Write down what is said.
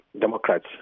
Democrats